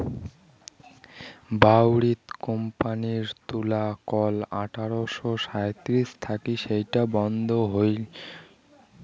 বাউরিথ কোম্পানির তুলাকল আঠারশো সাঁইত্রিশ থাকি সেটো বন্ধ হই